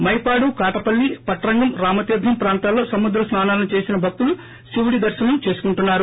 మైపాడు కాటపల్లి పట్రంగం రామతీర్ణం ప్రాంతాల్లో సముద్ర స్సానాలను చేసి భక్తులు శివుడిని దర్శనం చేసుకుంటున్నారు